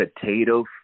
potato